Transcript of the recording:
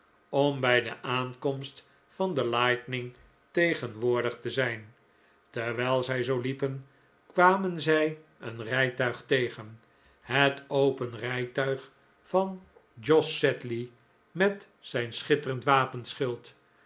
om bij de aankomst van de lightning tegenwoordig te zijn terwijl zij zoo liepen kwamen zij een rijtuig tegen het open rijtuig van jos sedley met zijn schitterend wapenschild